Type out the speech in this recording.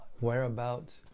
whereabouts